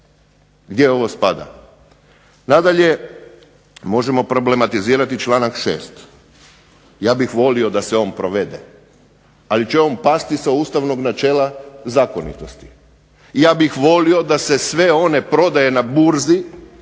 Gdje ovo spada? Nadalje, možemo problematizirati članak 6. ja bih volio da se on provede, ali će on pasti sa ustavnog načela zakonitosti. Ja bih volio da se sve one prodaje na burzi